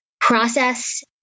process